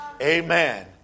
amen